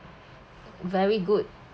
very good